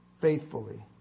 faithfully